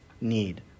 need